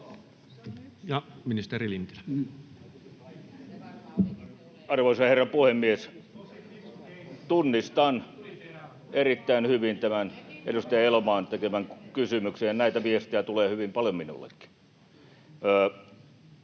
Ja ministeri Lintilä. Arvoisa herra puhemies! Tunnistan erittäin hyvin tämän edustaja Elomaan tekemän kysymyksen, ja näitä viestejä tulee hyvin paljon minullekin.